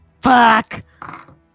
Fuck